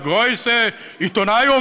א גרויסע עיתונאי,